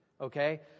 Okay